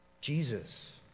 Jesus